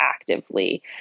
actively